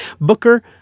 Booker